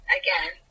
again